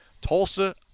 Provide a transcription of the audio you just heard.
Tulsa